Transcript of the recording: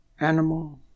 animal